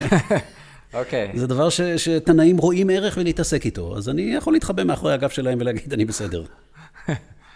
זה דבר שתנאים רואים מערך מלהתעסק איתו. אז אני יכול להתחבא מאחורי הגב שלהם ולהגיד, אני בסדר.